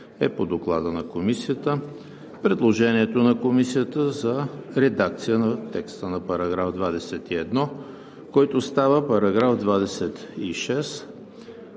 е по Доклада на Комисията; предложението на Комисията за редакция на текста на § 21, който става § 26;